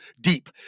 deep